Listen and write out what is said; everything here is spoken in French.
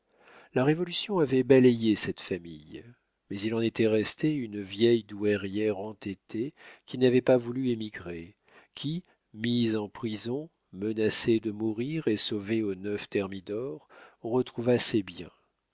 la révolution avait balayé cette famille mais il en était resté une vieille douairière entêtée qui n'avait pas voulu émigrer qui mise en prison menacée de mourir et sauvée aux neuf thermidor retrouva ses biens